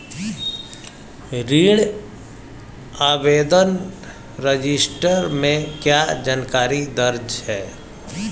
ऋण आवेदन रजिस्टर में क्या जानकारी दर्ज है?